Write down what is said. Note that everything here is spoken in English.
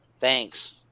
thanks